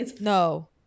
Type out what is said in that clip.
No